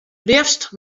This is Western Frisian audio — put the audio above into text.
leafst